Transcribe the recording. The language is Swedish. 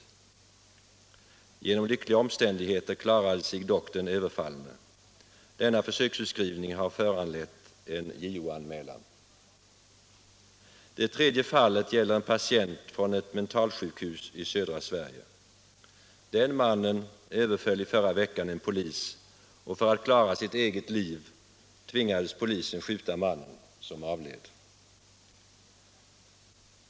Till följd av lyckliga omständigheter klarade sig dock den överfallne. Denna försöksutskrivning har föranlett en JO-anmälan. Det tredje fallet gäller en patient från ett mentalsjukhus i södra Sverige. Den mannen överföll i förra veckan en polis, och för att klara sitt eget liv tvingades polisen skjuta mannen som avled.